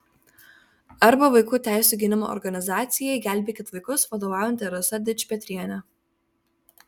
arba vaikų teisių gynimo organizacijai gelbėkit vaikus vadovaujanti rasa dičpetrienė